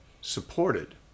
supported